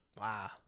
Wow